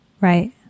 right